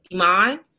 Iman